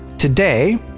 Today